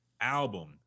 album